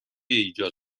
ایجاد